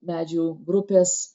medžių grupės